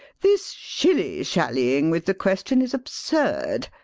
this shilly-shallying with the question is absurd.